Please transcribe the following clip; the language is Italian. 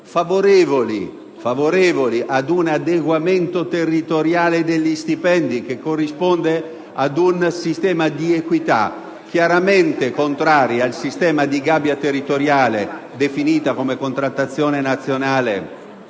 favorevoli ad un adeguamento territoriale degli stipendi, che corrisponde ad un sistema di equità: chiaramente contrari al sistema di gabbia territoriale definita come contrattazione nazionale